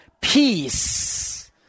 peace